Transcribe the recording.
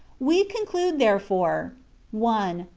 we conclude, therefore one.